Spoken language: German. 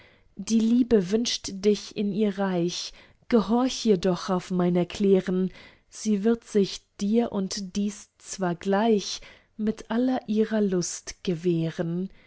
die liebe wünscht dich in ihr reich gehorch ihr doch auf mein erklären sie wird sich dir und dies zwar gleich mit aller ihrer lust gewähren